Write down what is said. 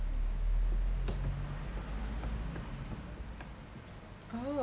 oh